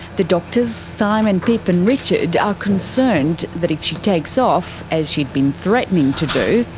the doctors simon, pip and richard are concerned that if she takes off, as she'd been threatening to do,